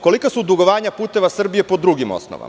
Kolika su dugovanja "Puteva Srbije" po drugim osnovama?